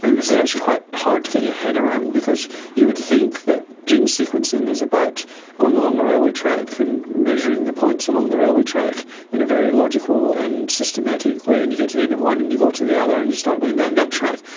this is actually quite hard to get your head around because you would think that gene sequencing is about going along the railway track and measuring the points along the railway track in a very logical and systematic way, and you get the end of one and you go to the other and you start going down that track,